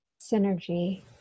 synergy